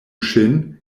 ŝin